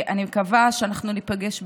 אני מקווה שאנחנו ניפגש בקרוב,